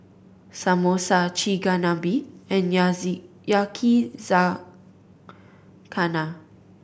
Samosa Chigenabe and Yakizakana